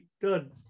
good